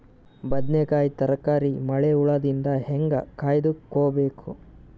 ಬದನೆಕಾಯಿ ತರಕಾರಿ ಮಳಿ ಹುಳಾದಿಂದ ಹೇಂಗ ಕಾಯ್ದುಕೊಬೇಕು?